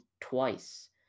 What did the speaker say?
twice